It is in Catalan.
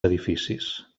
edificis